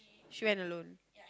she went alone